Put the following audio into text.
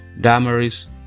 Damaris